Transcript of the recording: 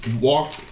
walk